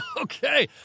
Okay